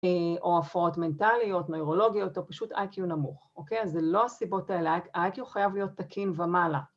‫או הפרעות מנטליות, נוירולוגיות ‫או פשוט איי-קיו נמוך, אוקיי? ‫אז זה לא הסיבות האלה, ‫האיי-קיו חייב להיות תקין ומעלה.